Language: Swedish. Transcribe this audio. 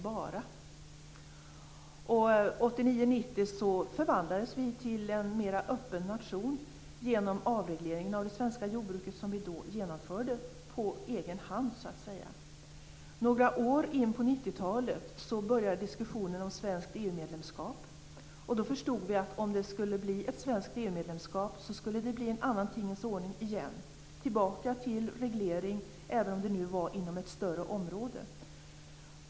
Åren 1989-1990 förvandlades vårt land till en mera öppen nation genom den avreglering av det svenska jordbruket som vi då genomförde så att säga på egen hand. Några år in på 90-talet började diskussionen om svenskt EU-medlemskap, och vi förstod att om det skulle bli ett svenskt EU-medlemskap, skulle det återigen bli en annan tingens ordning, tillbaka till reglering även om det nu var inom ett större område.